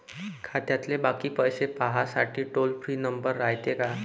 खात्यातले बाकी पैसे पाहासाठी टोल फ्री नंबर रायते का?